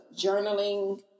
journaling